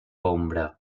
ombra